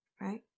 Right